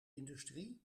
industrie